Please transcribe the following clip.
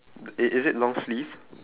i~ is it long sleeved